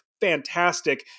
fantastic